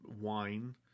wine